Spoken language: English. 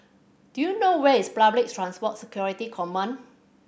do you know where is Public Transport Security Command